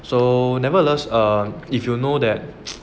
so nevertheless err if you know that